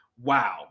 Wow